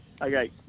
Okay